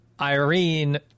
irene